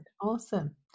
Awesome